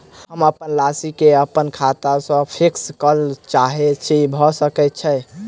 हम अप्पन राशि केँ अप्पन खाता सँ फिक्स करऽ चाहै छी भऽ सकै छै?